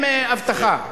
עם אבטחה.